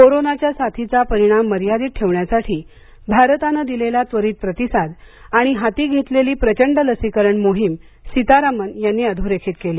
कोरोनाच्या साथीचा परिणाम मर्यादित ठेवण्यासाठी भारतानं दिलेला त्वरित प्रतिसाद आणि हाती घेतलेली प्रचंड लसीकरण मोहिम सितारामन यांनी अधोरेखित केली